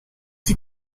die